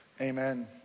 Amen